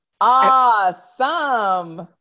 Awesome